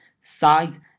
sides